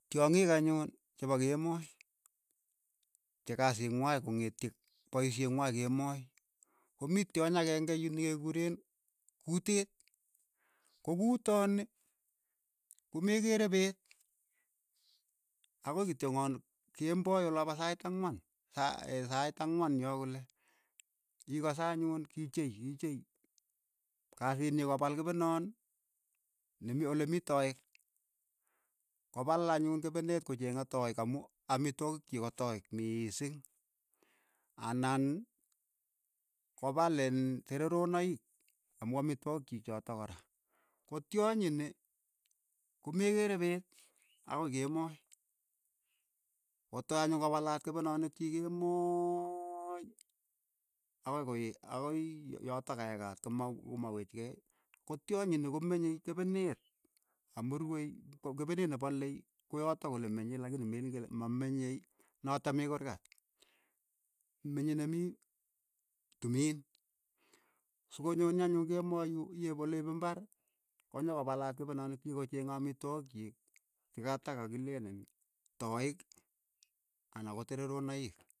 Tyongik anyun chepo kemoi, che kasii ng'wai ko ng'etyik paishee ng'wai kemoi, ko mii tyony akeng'e yu ne ke kureen kuteet, ko kutooni komekeere peet, akoi kityong'on kemboi ola pa sait ang'wan, sa sait ang'wan yoo kole, ikase anyun kii chei kii chei kasii nyi ko kopal kepenon ne mii ole mii toeek, ko pal anyun kepenet kochengei taik amu amitwogik chiik ko taik miising, anan ko paal iin sereronaik amu amitwogik chiik chotok kora, ko tyonyi ni ko me keere peet, akoi kemoi, ko tai anyun kopalaat kepenoniik chiik kemoiiii akoi ko akoiii yo- yotok ka ekaat, ko- ma- ko ma wechikei, ko tyonyi nii komenye kepeneet amu ruwei ko kepeneet ne palei ko yotok olemenyei lakini meleen kele ma menyei notok mii kuurkat. menyei ne mii tumiin, sokonyonii anyun kemoi yu ii oleep imbar, ko nyo ko palaat kepenoniik chiik ko cheng'e amitwogik chiik che katak ka kileen iin toik anan ko tereronaik.